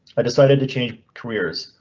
i decided to change careers,